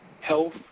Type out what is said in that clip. Health